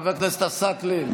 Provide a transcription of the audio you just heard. חבר הכנסת עסאקלה,